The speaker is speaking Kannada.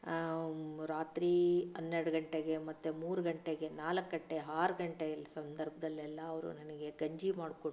ರಾತ್ರಿ ಹನ್ನೆರಡು ಗಂಟೆಗೆ ಮತ್ತೆ ಮೂರು ಗಂಟೆಗೆ ನಾಲ್ಕು ಗಂಟೆ ಆರು ಗಂಟೆಯಲ್ಲಿ ಸಂದರ್ಭದಲ್ಲೆಲ್ಲ ಅವರು ನನಗೆ ಗಂಜಿ ಮಾಡಿಕೊಟ್ಟು